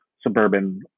suburban